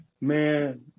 Man